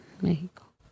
México